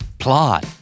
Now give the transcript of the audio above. plot